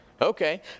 Okay